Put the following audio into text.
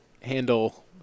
handle